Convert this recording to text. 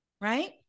right